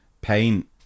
paint